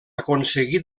aconseguir